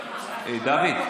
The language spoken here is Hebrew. דוד,